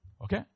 Okay